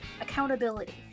accountability